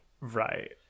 Right